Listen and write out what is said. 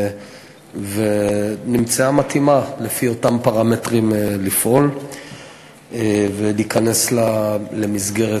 ונמצאה מתאימה לפי אותם פרמטרים לפעול ולהיכנס למסגרת